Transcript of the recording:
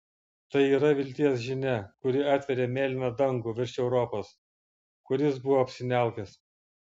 tai yra vilties žinia kuri atveria mėlyną dangų virš europos kuris buvo apsiniaukęs